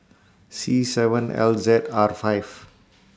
C seven L Z R five